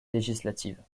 législative